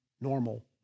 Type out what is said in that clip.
normal